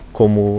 como